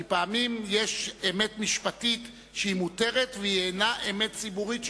פעמים יש אמת משפטית שהיא מותרת והיא אינה אמת ציבורית שמותרת,